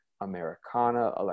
americana